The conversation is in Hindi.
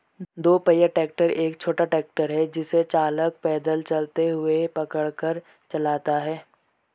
दो पहिया ट्रैक्टर एक छोटा ट्रैक्टर है जिसे चालक पैदल चलते हुए पकड़ कर चलाता है